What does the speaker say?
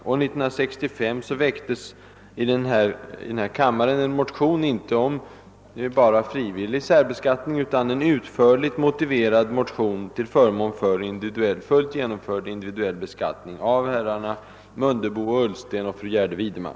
Och år 1965 väcktes i denna kammare en motion, som inte gällde bara frivillig särbeskattning utan som var en utförligt motiverad motion till förmån för fullt genomförd individuell beskattning, av herrar Mundebo och Ullsten samt fru Gärde Widemar.